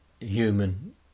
human